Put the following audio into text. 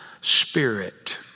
spirit